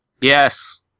Yes